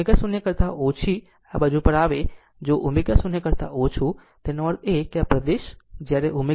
જ્યારે ω0 કરતા ઓછી આ બાજુ આવે છે જો ω0 કરતા ઓછી તેનો અર્થ છે આ પ્રદેશ આ પ્રદેશ